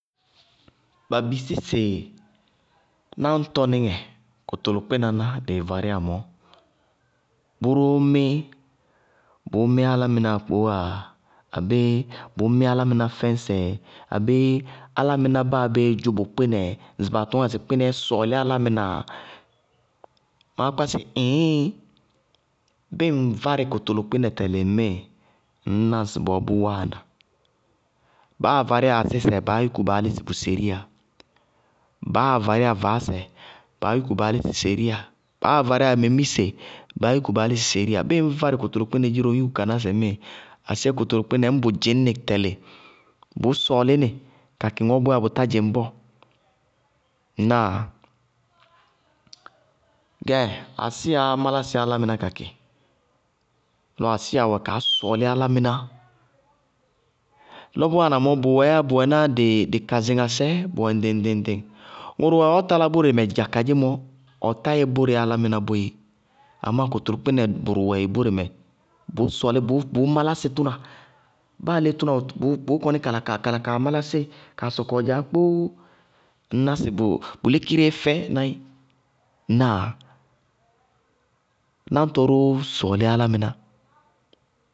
Ba bisí sɩ náŋtɔnɩŋɛ, kʋtʋlʋkpɩnaná dɩɩ varíyá mɔɔ, bʋ róó mí, bʋʋmí álámɩná akpowáa? Abéé bʋʋ mí álámɩná fɛñsɛɛ? Ŋsɩ baa tɔñŋá sɩ kpɩnɛɛ sɔɔlí álámɩnáa? Máá kpá sɩ ɩíɩɩɩŋ! Bíɩ ŋ várɩ kʋtʋlʋkpɩnɛ ŋmíɩ ŋñná bʋ seriya. Baáa várɩyá asísɛ, baá yúku baá lísɩ bʋ seriya, baáa várɩyá vaásɛ baá yúku baá lísɩ seriya, baáa várɩyá memise, baá yúku baá lísɩ seriya. Bíɩ ŋñ várɩ kʋtʋlʋkpɩnɛ dziró ŋñ yúku ka ná sɩ ŋmíɩ aséé kʋtʋlʋkpɩnɛ ñŋ bʋ dzɩñnɩ tɛlɩ, bʋʋ dzɩñ nɩ tɛlɩ bʋʋ sɔɔlí nɩ kakɩ ŋɔɔ bʋyáa bʋ tá dzɩŋ bɔɔ. Ŋnáa? Gɛ ásiyaá málásɩ álámɩná kakɩ, lɔ asíya wɛ kaá sɔɔlí álámɩná, lɔ bʋ wáana mɔɔ, bʋ wɛɛyá bʋ wɛná dɩ kazɩŋasɛ bʋwɛ ŋɖɩŋ-ŋɖɩŋ, ŋʋrʋ wɛ ɔɔ talá bóre mɛ dza kadzémɔ, ɔtá yɛ bóre álámɩná boé amá kʋtʋlʋkpɩnɛ bʋrʋ wɛ ɩ bóre mɛ, bʋʋ sɔɔlí, bʋʋ málásɩ tʋna, baá léé tɔna wɛ bʋʋ- kɔní ka la kaa málásí kaa sɔkɔ ŋdzaá kpóó. Ŋñná sɩ bʋ lékireé fɛ naí, ŋnáa? Nañtɔ róó sɔɔlí álámɩná.